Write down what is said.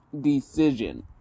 decision